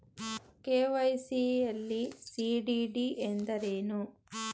KYC ಯಲ್ಲಿ CDD ಎಂದರೇನು?